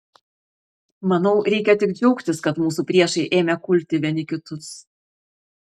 manau reikia tik džiaugtis kad mūsų priešai ėmė kulti vieni kitus